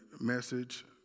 message